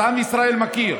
אז עם ישראל מכיר.